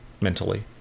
mentally